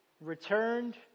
returned